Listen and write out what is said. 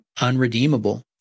unredeemable